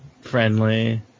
friendly